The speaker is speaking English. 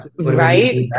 Right